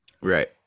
Right